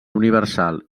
universal